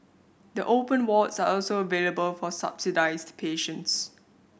the open wards are also available for subsidised patients